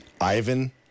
ivan